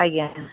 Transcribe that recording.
ଆଜ୍ଞା